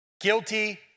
guilty